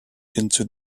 into